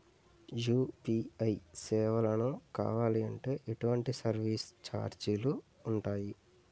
UPI సేవలను కావాలి అంటే ఎటువంటి సర్విస్ ఛార్జీలు ఉంటాయి?